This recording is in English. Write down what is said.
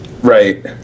right